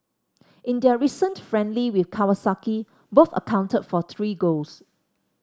in their recent friendly with Kawasaki both accounted for three goals